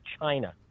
China